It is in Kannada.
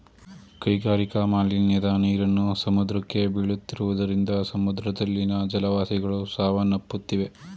ಕೈಗಾರಿಕಾ ಮಾಲಿನ್ಯದ ನೀರನ್ನು ಸಮುದ್ರಕ್ಕೆ ಬೀಳುತ್ತಿರುವುದರಿಂದ ಸಮುದ್ರದಲ್ಲಿನ ಜಲವಾಸಿಗಳು ಸಾವನ್ನಪ್ಪುತ್ತಿವೆ